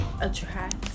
attract